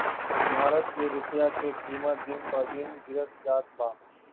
भारत के रूपया के किमत दिन पर दिन गिरत जात बा